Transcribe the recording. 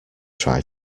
try